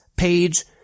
Page